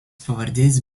pavardės